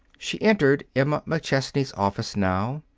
she entered emma mcchesney's office, now,